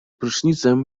prysznicem